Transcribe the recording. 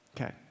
Okay